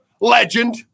legend